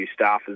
staffers